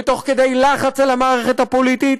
ותוך כדי לחץ על המערכת הפוליטית,